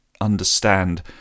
understand